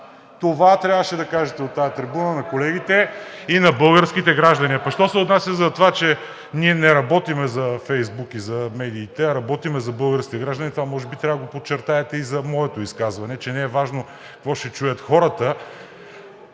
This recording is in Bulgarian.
Това трябваше да кажете от тази трибуна на колегите и на българските граждани. (Шум и реплики.) А пък що се отнася за това, че ние не работим за Фейсбук и за медиите, а работим за българските граждани, това може би трябва да го подчертаете и за моето изказване, че не е важно какво ще чуят хората